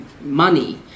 money